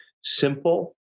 simple